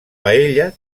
paella